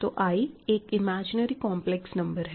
तो i एक imaginary complex number है